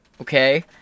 okay